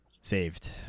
saved